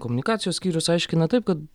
komunikacijos skyrius aiškina taip kad